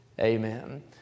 Amen